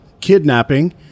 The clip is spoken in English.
kidnapping